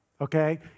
Okay